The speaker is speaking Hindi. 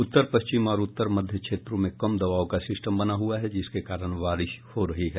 उत्तर पश्चिम और उत्तर मध्य क्षेत्रों मे कम दबाव का सिस्टम बना हुआ है जिसके कारण बारिश हो रही है